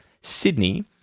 Sydney